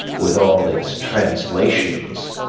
with all its translations,